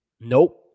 Nope